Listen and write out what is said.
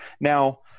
Now